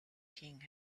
king